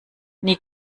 nie